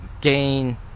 gain